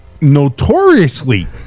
notoriously